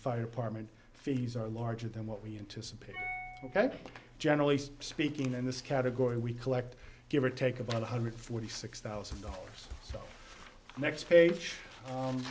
fire department fees are larger than what we anticipated generally speaking in this category we collect give or take about one hundred forty six thousand dollars so next page